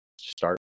start